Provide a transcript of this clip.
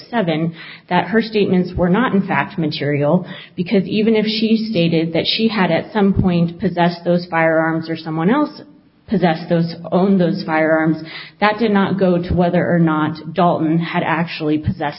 seven that her statements were not in fact material because even if she stated that she had at some point possessed those firearms or someone else possessed those own those firearms that did not go to whether or not dalton had actually p